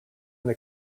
when